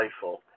playful